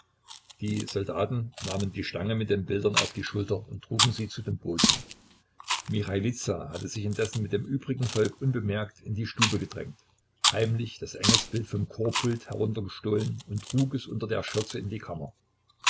die soldaten nahmen die stange mit den bildern auf die schultern und trugen sie zu den booten michailiza hatte sich indes mit dem übrigen volk unbemerkt in die stube gedrängt heimlich das engelsbild vom chorpult heruntergestohlen und trug es unter der schürze in die kammer